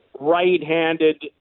right-handed